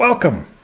Welcome